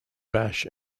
bash